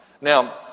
Now